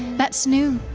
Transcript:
that's new.